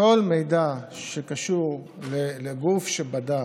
כל מידע שקשור לגוף שבדק,